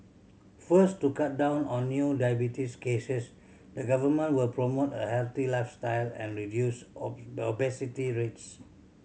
first to cut down on new diabetes cases the Government will promote a healthy lifestyle and reduce obesity rates